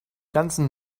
ganzen